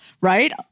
right